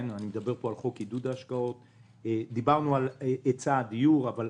אני מדבר על חוק עידוד ההשקעות; דיברנו על היצע הדיור אבל,